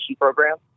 program